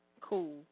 Cool